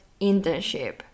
internship